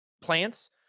plants